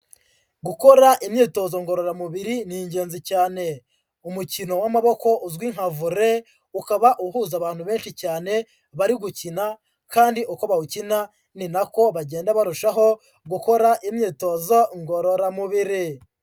Gukora imyitozo ngororamubiri ni ingenzi cyane, umukino w'amaboko uzwi nka Volley, ukaba uhuza abantu benshi cyane bari gukina, kandi uko bawukina ni nako bagenda barushaho gukora imyitozo ngororamubiri.